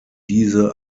diese